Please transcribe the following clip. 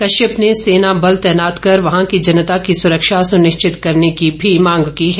कश्यप ने सेना बल तैनात कर वहां की जनता की सुरक्षा सुनिश्चित करने की भी मांग की है